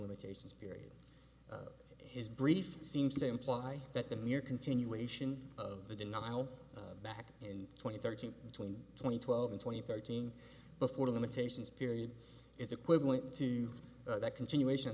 limitations period his brief seems to imply that the mere continuation of the denial back in twenty thirty between twenty twelve and twenty thirteen before the limitations period is equivalent to that continuation of